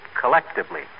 collectively